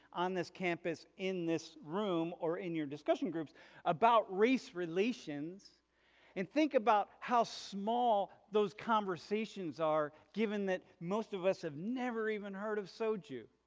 on this campus in this room or in your discussion groups about race relations and think about how small those conversations are given that most of us have never even heard of soju.